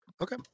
Okay